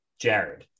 Jared